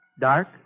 dark